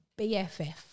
BFF